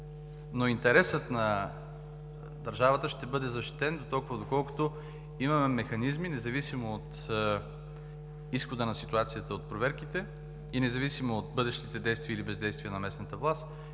Интересът на държавата ще бъде защитен дотолкова, доколкото имаме механизми, независимо от изхода на ситуацията от проверките и независимо от бъдещите действия или бездействия на местната власт